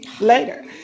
later